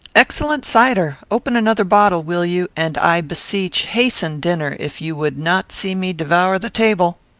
excellent cider! open another bottle, will you, and, i beseech, hasten dinner, if you would not see me devour the table.